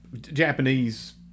Japanese